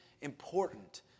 important